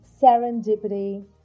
Serendipity